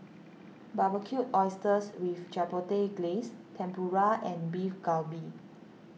Barbecued Oysters with Chipotle Glaze Tempura and Beef Galbi